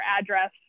address